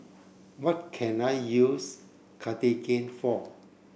what can I use Cartigain for